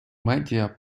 медіа